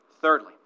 thirdly